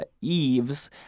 eaves